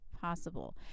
possible